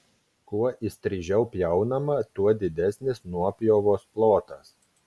kuo įstrižiau pjaunama tuo didesnis nuopjovos plotas